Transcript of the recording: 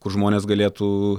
kur žmonės galėtų